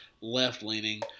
left-leaning